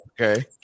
Okay